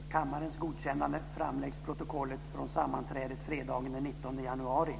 Fru talman! Jag rekommenderar då Harald Nordlund att läsa protokollet efter detta sammanträde.